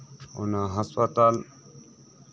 ᱚᱱᱟ ᱦᱟᱥᱯᱟᱛᱟᱞ